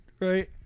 right